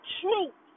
truth